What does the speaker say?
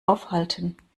aufhalten